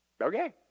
okay